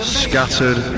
scattered